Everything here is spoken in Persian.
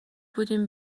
بودیم